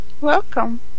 Welcome